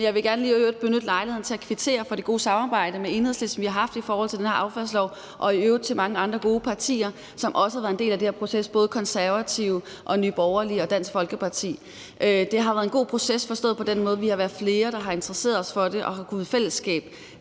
i øvrigt gerne lige benyttet lejligheden til at kvittere for det gode samarbejde med Enhedslisten, som vi har haft i forhold til denne affaldslov, og i øvrigt til mange andre gode partier, som også har været en del af den her proces, både De Konservative, Nye Borgerlige og Dansk Folkeparti. Det har været en god proces, forstået på den måde, at vi har været flere, der har interesseret os for det og i fællesskab